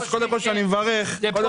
קודם כל שאני מברך --- אנחנו כבר הנחנו שזה